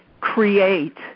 create